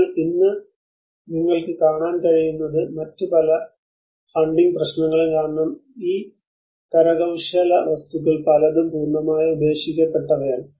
എന്നാൽ ഇന്ന് നിങ്ങൾക്ക് കാണാൻ കഴിയുന്നത് മറ്റ് പല ഫണ്ടിംഗ് പ്രശ്നങ്ങളും കാരണം ഇന്ന് ഈ കരകരകൌശല വസ്തുക്കൾ പലതും പൂർണ്ണമായും ഉപേക്ഷിക്കപ്പെട്ടവയാണ്